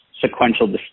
sequential